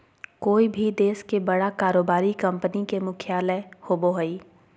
कोय भी देश के बड़ा कारोबारी कंपनी के मुख्यालय होबो हइ